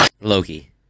Loki